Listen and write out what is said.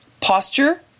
Posture